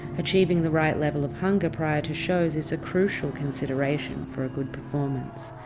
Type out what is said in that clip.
achieving the right level of hunger prior to shows is a crucial consideration for a good performance,